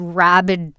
rabid